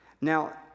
Now